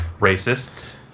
racists